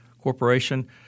Corporation